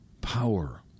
power